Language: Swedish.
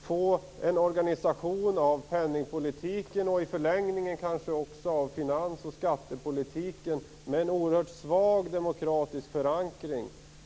få en organisation av penningpolitiken - och kanske i förlängningen också av finans och skattepolitiken - med en oerhört svag demokratisk förankring.